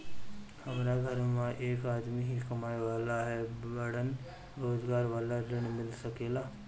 हमरा घर में एक आदमी ही कमाए वाला बाड़न रोजगार वाला ऋण मिल सके ला?